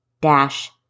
dash